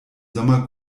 sommer